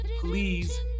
please